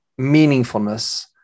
meaningfulness